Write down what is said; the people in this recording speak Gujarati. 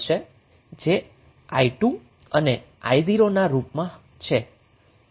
જે i2 અને i0 ના રુપમા છે